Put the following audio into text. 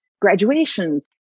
graduations